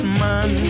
man